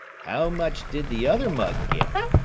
how much did the other mug get?